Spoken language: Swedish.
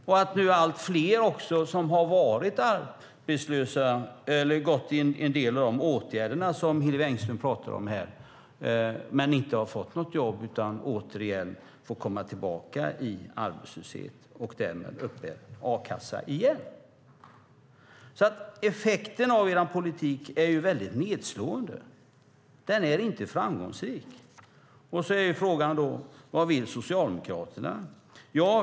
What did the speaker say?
Nu har allt fler av de arbetslösa deltagit i de åtgärder som Hillevi Engström har pratat om här men inte fått något jobb utan har åter kommit tillbaka till arbetslöshet och uppbär därmed a-kassa igen. Effekten av er politik är nedslående. Den är inte framgångsrik. Vad vill Socialdemokraterna?